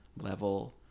level